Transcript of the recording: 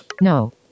No